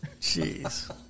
Jeez